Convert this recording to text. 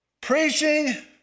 Preaching